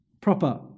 Proper